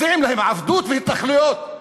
מציעים להם עבדות והתנחלויות.